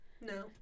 No